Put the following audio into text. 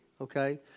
okay